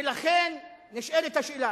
נשאלת השאלה,